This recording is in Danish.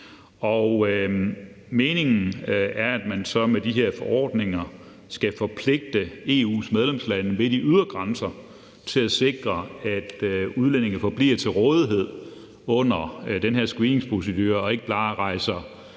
meningen er så, at man med de her forordninger skal forpligte EU's medlemslande ved de ydre grænser til at sikre, at udlændinge forbliver til rådighed under den her screeningsprocedure, og at de ikke bare rejser